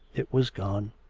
it was gone.